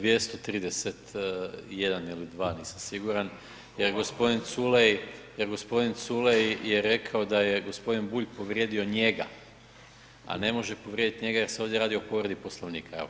231. ili 2 nisam siguran jer gospodin Culej je rekao da je gospodin Bulj povrijedio njega, a ne može povrijediti njega jer se ovdje radi o povredi Poslovnika.